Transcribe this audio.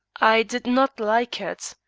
i did not like it.